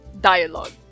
dialogue